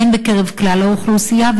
הן בקרב כלל האוכלוסייה,